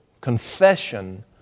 confession